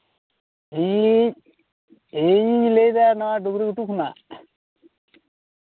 ᱤᱧ ᱤᱧ ᱞᱟᱹᱭ ᱮᱫᱟ ᱱᱚᱶᱟ ᱰᱩᱝᱨᱤ ᱜᱷᱩᱴᱩ ᱠᱷᱚᱱᱟᱜ